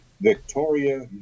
Victoria